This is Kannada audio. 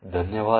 ಧನ್ಯವಾದ